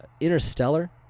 Interstellar